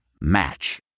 Match